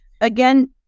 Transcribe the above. Again